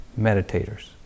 meditators